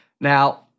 Now